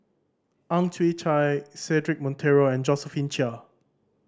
Ang Chwee Chai Cedric Monteiro and Josephine Chia